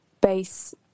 base